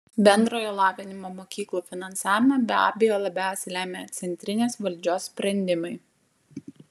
bendrojo lavinimo mokyklų finansavimą be abejo labiausiai lemia centrinės valdžios sprendimai